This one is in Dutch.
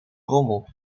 rommel